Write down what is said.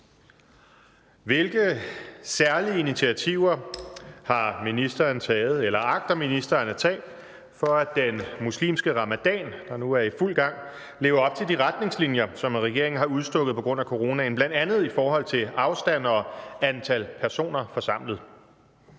Hvilke særlige initiativer har ministeren taget eller agter ministeren at tage, for at den muslimske ramadan, der nu er i fuld gang, lever op til de retningslinjer, som regeringen har udstukket på grund af corona, bl.a. i forhold til afstand og antal personer forsamlet?